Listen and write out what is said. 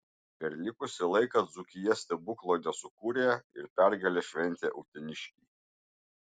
per likusį laiką dzūkija stebuklo nesukūrė ir pergalę šventė uteniškiai